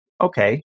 Okay